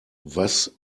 was